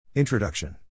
Introduction